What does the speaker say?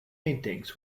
paintings